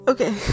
Okay